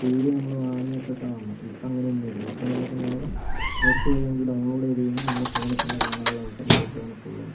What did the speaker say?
C D നമ്മൾ വാങ്ങിയൊക്കെ കാണണം ഇപ്പം അങ്ങനയൊന്നുമില്ല ഇപ്പം നമുക്ക് നേരെ നെറ്റ് വഴി നമുക്ക് ഡൗൺലോഡ് ചെയ്ത് കഴിഞ്ഞാൽ നമ്മുടെ ഫോണിൽ തന്നെ കാണാനുള്ള അവസരങ്ങളൊക്കെയാണ് ഇപ്പോൾ ഉള്ളത്